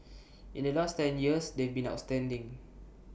in the last ten years they've been outstanding